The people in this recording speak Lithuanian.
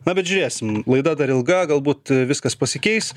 na bet žiūrėsim laida dar ilga galbūt viskas pasikeis